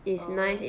oh